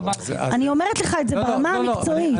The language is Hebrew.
אני אומרת לך את זה ברמה המקצועית.